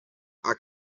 are